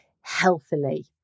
healthily